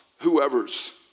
whoever's